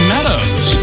Meadows